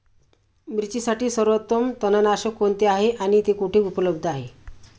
मिरचीसाठी सर्वोत्तम तणनाशक कोणते आहे आणि ते कुठे उपलब्ध आहे?